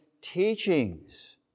teachings